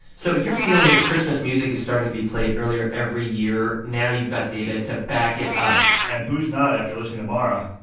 so if you're feeling that christmas music is starting to be played earlier every year, now you've got data to back it up and who's not after listening mara?